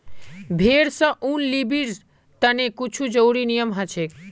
भेड़ स ऊन लीबिर तने कुछू ज़रुरी नियम हछेक